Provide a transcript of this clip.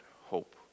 hope